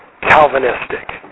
Calvinistic